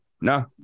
no